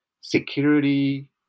security